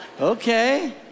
okay